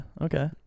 okay